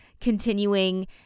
Continuing